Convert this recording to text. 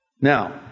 Now